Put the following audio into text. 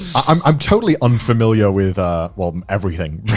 i'm i'm totally unfamiliar with ah with everything